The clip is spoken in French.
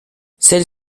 celle